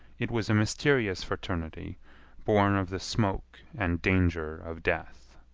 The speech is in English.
it was a mysterious fraternity born of the smoke and danger of death.